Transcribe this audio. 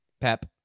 Pep